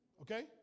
Okay